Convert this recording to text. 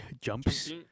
Jumps